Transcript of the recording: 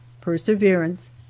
perseverance